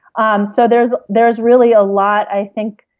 um so there's there's really a lot, i think,